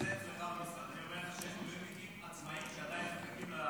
--- יש מילואימניקים עצמאים שעדין מחכים.